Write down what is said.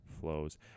flows